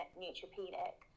neutropenic